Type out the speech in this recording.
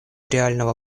реального